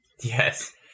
Yes